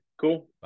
Cool